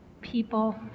people